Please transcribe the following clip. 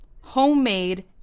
homemade